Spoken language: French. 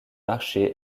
marché